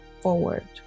forward